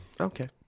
Okay